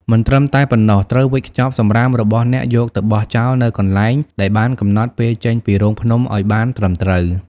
មិនត្រឹមតែប៉ុណ្ណោះ ត្រូវវេចខ្ចប់សំរាមរបស់អ្នកយកទៅបោះចោលនៅកន្លែងដែលបានកំណត់ពេលចេញពីរូងភ្នំអោយបានត្រឹមត្រូវ។